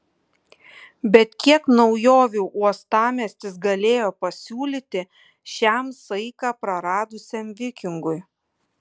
bet kiek naujovių uostamiestis galėjo pasiūlyti šiam saiką praradusiam vikingui